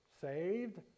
Saved